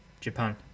Japan